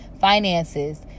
finances